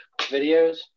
videos